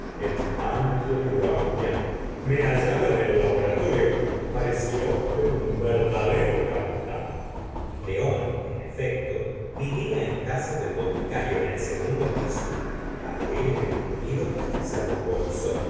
angel guardián me hallaba en el laboratorio parecía usted un verdadero cantante león en efecto vivía en casa del boticario en el segundo piso al oir este cumplido se ruborizó